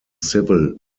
civil